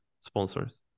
sponsors